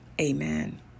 Amen